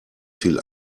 viel